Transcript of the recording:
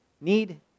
need